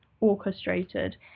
Orchestrated